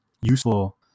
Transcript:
useful